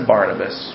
Barnabas